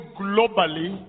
globally